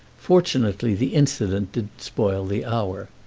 fortunately the incident didn't spoil the hour,